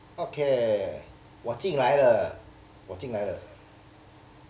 okay 我进来了我进来了